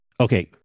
Okay